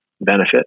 benefit